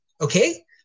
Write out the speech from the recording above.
Okay